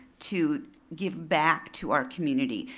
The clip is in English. to give back to our community.